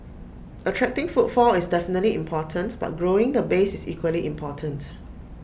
attracting footfall is definitely important but growing the base is equally important